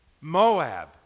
Moab